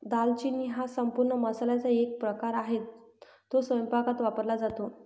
दालचिनी हा संपूर्ण मसाल्याचा एक प्रकार आहे, तो स्वयंपाकात वापरला जातो